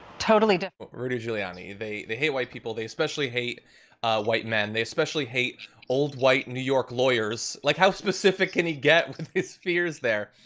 totally diff rudy giuliani, they they hate white people, they especially hate white men. they especially hate old white new york lawyers, like how specific can and he get with his fears there?